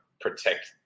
protect